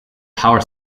power